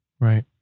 Right